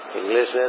English